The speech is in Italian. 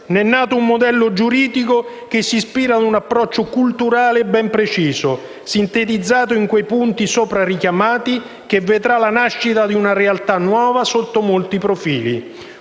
Ne è nato un modello giuridico che si ispira ad un approccio culturale ben preciso, sintetizzato in quei punti sopra richiamati, che vedrà la nascita di una realtà nuova sotto molti profili: